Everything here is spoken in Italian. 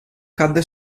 cadde